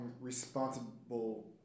responsible